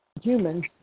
humans